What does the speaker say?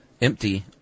empty